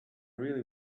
really